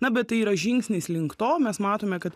na bet tai yra žingsnis link to mes matome kad